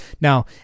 Now